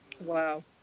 Wow